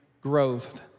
growth